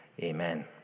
Amen